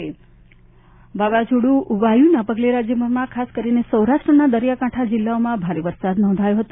વાય્ય વાવાઝોડુંના પગલે રાજ્યભરમાં ખાસ કરીને સૌરાષ્ટ્રના દરિયાઈ કાંઠાના જિલ્લાઓમાં ભારે વરસાદ નોંધાયો હતો